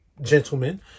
gentlemen